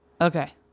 Okay